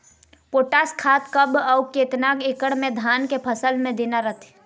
Potash खाद कब अऊ केतना एकड़ मे धान के फसल मे देना रथे?